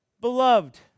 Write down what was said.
beloved